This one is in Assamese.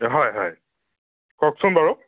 হয় হয় কওকচোন বাৰু